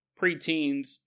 preteens